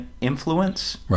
influence